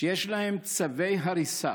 על צווי הריסה